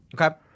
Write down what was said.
Okay